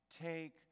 take